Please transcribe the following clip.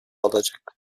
alacak